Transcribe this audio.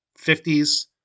50s